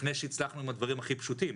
לפני שהצלחנו עם הדברים הכי פשוטים?